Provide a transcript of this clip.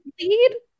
lead